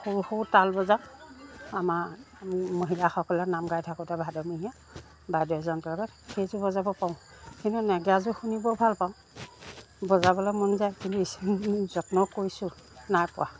সৰু সৰু তাল বজাওঁ আমাৰ মহিলাসকলে নাম গাই থাকোঁতে ভাদমহীয়া বাদ্যযন্ত্ৰ তাত সেইযোৰ বজাব পাৰোঁ কিন্তু নেগেৰাযোৰ শুনি বৰ ভাল পাওঁ বজাবলৈ মন যায় কিন্তু ইচ্ছা যত্ন কৰিছোঁ নাই পৰা